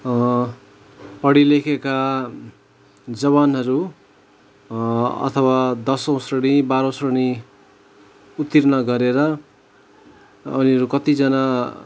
पढेलेखेका जवानहरू अथवा दसौँ श्रेणी बाह्रौँ श्रेणी उत्तीर्ण गरेर उनीहरू कतिजना